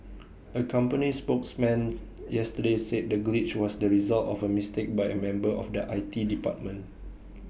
A company spokesman yesterday said the glitch was the result of A mistake by A member of the I T department